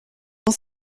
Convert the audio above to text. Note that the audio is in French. dans